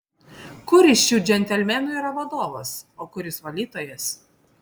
kuris šių džentelmenų yra vadovas o kuris valytojas